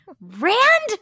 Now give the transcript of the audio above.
Rand